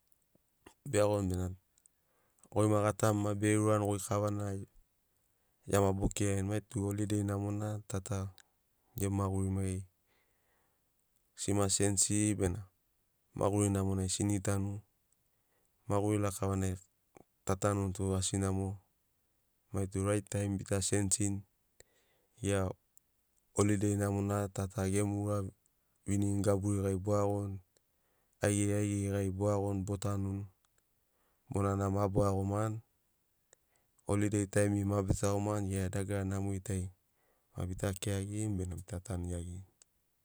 Be iagoni bena goi ma tagamu ma bege urani goi kavana gia ma bo kirarini mai tu holiday namona ta ta gemi maguri mai geri sima senisiri bena maguri namonai sini tanu. Maguri lakavanai ta tanuni tu asi namo mai tu right taim bita sensini gera holiday amona ta ta gemu ouravinirini gaburi gai bo iagoni ai geri aigeri gari bo iagoni botanuni monana ma bo iagomani holiday taimiri ma bita iagomani gera dagara nmori tari ma bita kiragirini bena bita tanu iagirini.